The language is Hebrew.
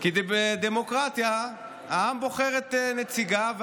כי בדמוקרטיה העם בוחר את נציגיו,